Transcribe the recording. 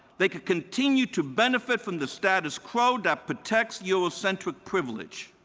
they can continue to benefit from the status co-that protects eurocentric privilege.